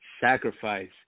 sacrifice